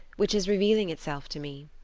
which is revealing itself to me.